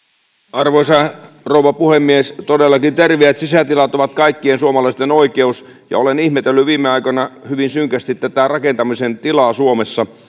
arvoisa rouva puhemies terveet sisätilat ovat todellakin kaikkien suomalaisten oikeus ja olen ihmetellyt viime aikoina hyvin synkästi tätä rakentamisen tilaa suomessa